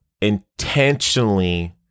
intentionally